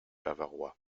bavarois